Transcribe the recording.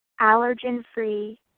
allergen-free